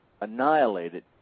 annihilated